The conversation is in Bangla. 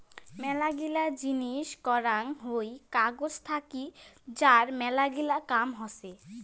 মেলাগিলা জিনিস করাং হই কাগজ থাকি যার মেলাগিলা কাম হসে